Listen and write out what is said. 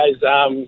guys